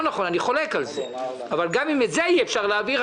נכון ואני חולק על זה גם אם את זה אי אפשר להעביר,